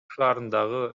шаарындагы